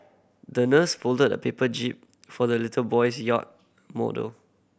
the nurse folded a paper jib for the little boy's yacht model